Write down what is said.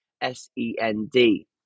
S-E-N-D